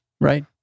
Right